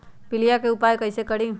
पीलिया के उपाय कई से करी?